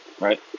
right